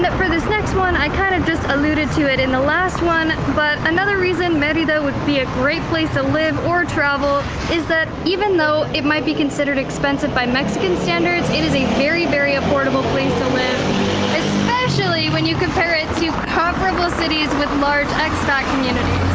for this next one, i kind of just alluded to it in the last one, but another reason merida would be a great place to live or travel is that even though it might be considered expensive by mexican standards, it is a very very affordable place to live especially when you compare it to comparable cities with large expat communities.